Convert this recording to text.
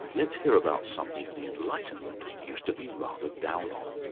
let's hear about something the enlightenment used to be rather down on.